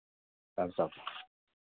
सभ सभ